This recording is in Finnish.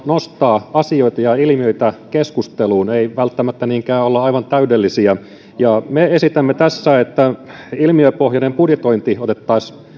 nostaa asioita ja ilmiöitä keskusteluun ei välttämättä niinkään olla aivan täydellisiä me esitämme tässä että ilmiöpohjainen budjetointi otettaisiin